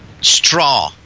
straw